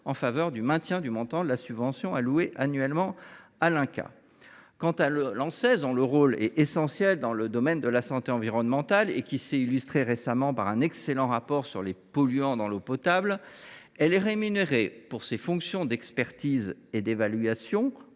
le rétablissement du montant de la subvention allouée annuellement à l’INCa. Quant à l’Anses, dont le rôle est essentiel dans le domaine de la santé environnementale et qui s’est illustrée récemment par un excellent rapport sur les polluants émergents dans l’eau potable, elle est rémunérée pour ses fonctions d’expertise et d’évaluation en